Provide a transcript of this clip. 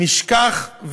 נשכח,